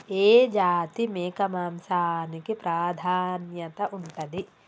ఏ జాతి మేక మాంసానికి ప్రాధాన్యత ఉంటది?